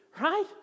right